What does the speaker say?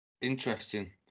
Interesting